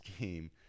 game